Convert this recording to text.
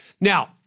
Now